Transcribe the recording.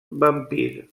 vampir